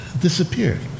disappeared